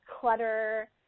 clutter